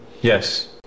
Yes